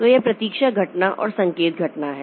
तो यह प्रतीक्षा घटना और संकेत घटना है